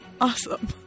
awesome